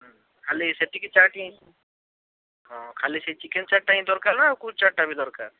ଖାଲି ସେତିକି ଚାଟ୍ ହିଁ ହଁ ଖାଲି ସେ ଚିକେନ୍ ଚାଟ୍ଟା ହିଁ ଦରକାର ନା ଆଉ କେଉଁ ଚାଟ୍ଟା ବି ଦରକାର